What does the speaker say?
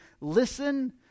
Listen